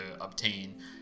obtain